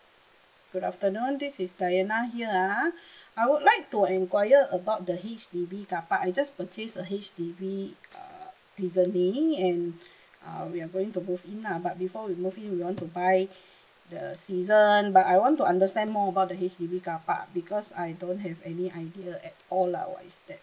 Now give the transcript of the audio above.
good afternoon this is diana here ah I would like to enquire about the H_D_B car park I just purchased a H_D_B err recently and uh we are going to move in lah but before we move in we want to buy the season but I want to understand more about the H_D_B car park because I don't have any idea at all lah what is that